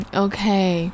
okay